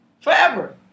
forever